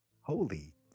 holy